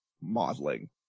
modeling